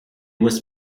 was